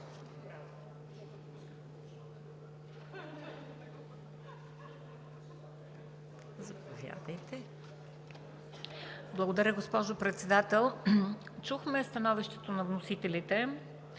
Благодаря, госпожо Председател. Чухме становището на вносителите,